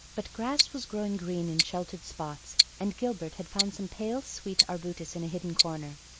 but grass was growing green in sheltered spots and gilbert had found some pale, sweet arbutus in a hidden corner.